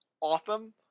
awesome